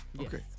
Okay